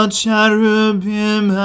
cherubim